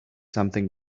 something